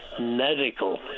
Medical